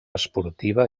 esportiva